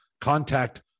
contact